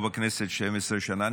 אני פה בכנסת 12 שנה,